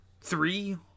three